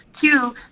two